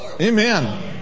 Amen